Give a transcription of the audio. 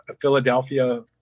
Philadelphia